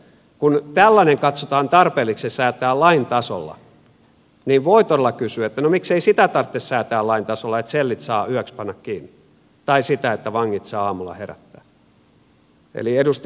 kun tällainen katsotaan tarpeelliseksi säätää lain tasolla niin voi todella kysyä että no miksei sitä tarvitse säätää lain tasolla että sellit saa yöksi panna kiinni tai sitä että vangit saa aamulla herättää